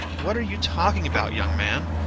what are you talking about, young man?